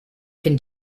can